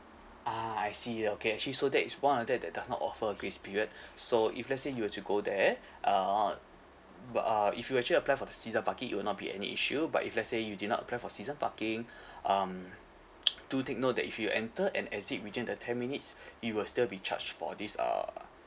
ah I see okay actually so that is one of that that does not offer a grace period so if let's say you were to go there uh but uh if you actually apply for the season parking it will not be any issue but if let's say you did not apply for season parking um do take note that if you enter and exit within the ten minutes you will still be charged for this uh